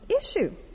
issue